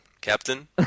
Captain